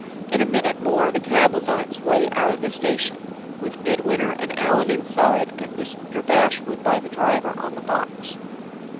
in a minute more the cab was on its way out of the station with midwinter and allan inside, and mr. bashwood by the driver on the box.